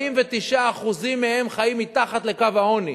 46% מהם חיים מתחת לקו העוני.